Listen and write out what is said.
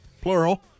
plural